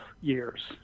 years